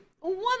one